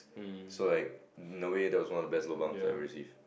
so like in a way that was one of the best lobangs I ever received